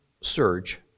search